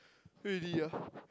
really ah